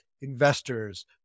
investors